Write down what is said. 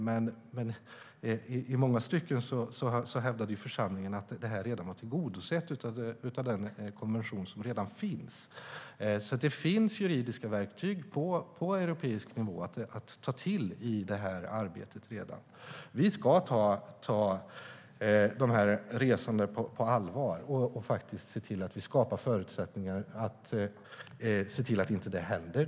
Men i många stycken hävdade församlingen att detta redan var tillgodosett i den konvention som finns. Det finns alltså redan juridiska verktyg på europeisk nivå att ta till i detta arbete. Vi ska ta detta resande på allvar och se till att vi skapar förutsättningar att det inte händer.